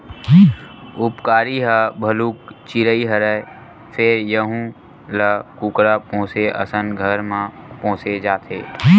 उपकारी ह भलुक चिरई हरय फेर यहूं ल कुकरा पोसे असन घर म पोसे जाथे